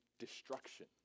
destruction